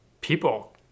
people